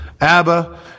Abba